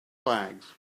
flags